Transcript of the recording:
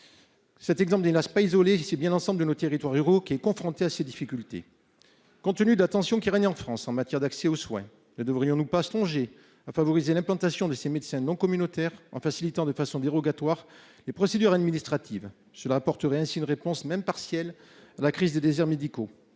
Cet exemple n'est, hélas, pas isolé et c'est bien l'ensemble de nos territoires ruraux qui sont confrontés à ces difficultés. Compte tenu de la tension qui règne en France en matière d'accès aux soins, ne devrions-nous pas songer à favoriser l'implantation de ces médecins non communautaires, en facilitant, de façon dérogatoire, les procédures administratives ? Cela permettrait d'apporter une réponse, même partielle, à la crise des déserts médicaux.